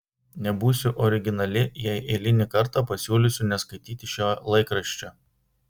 nebūsiu originali jei eilinį kartą pasiūlysiu neskaityti šio laikraščio